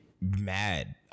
mad